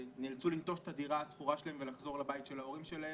נאלצו לנטוש את הדירה השכורה שלהם ולחזור לבית ההורים שלהם.